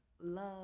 love